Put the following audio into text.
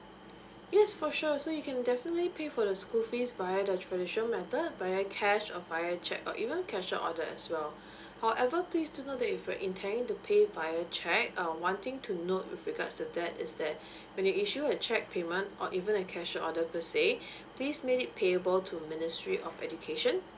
yes for sure so you can definitely pay for the school fees via the traditional method via cash or via cheque or even cash your order as well however please to know that if you're intending to pay via check uh one thing to note with regards to that is that when you issue a check payment or even cash or order per say please made it payable to ministry of education